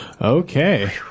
Okay